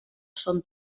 són